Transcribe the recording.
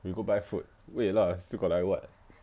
we go buy food wait lah still got like [what]